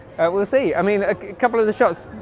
we'll see. i mean a couple of the shots